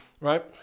right